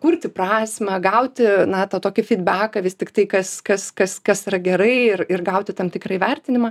kurti prasmę gauti na tą tokį fydbeką vis tiktai kas kas kas kas yra gerai ir ir gauti tam tikrą įvertinimą